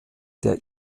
der